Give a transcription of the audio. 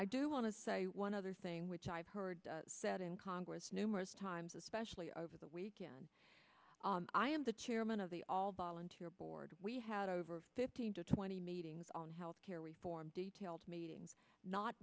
i do want to say one other thing which i've heard that in congress numerous times especially over the weekend i am the chairman of the all volunteer board we had over fifteen to twenty meetings on health care reform details meeting not